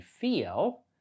feel